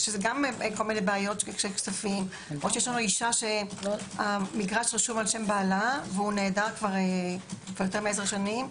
יש לנו אשה שהמגרש רשום על שם בעלה ונעדר יותר מעשר שנים.